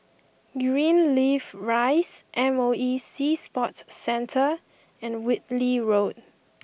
Greenleaf Rise M O E Sea Sports Centre and Whitley Road